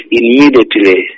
immediately